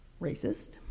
racist